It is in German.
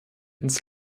ins